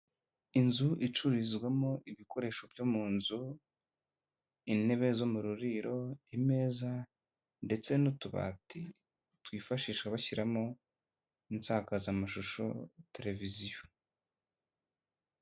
Inzu icururizwamo, ibikoresho byo mu nzu, intebe zo mu ruriro, imeza, ndetse n'utubati, twifashisha bashyiramo insakazamashusho, televiziyo.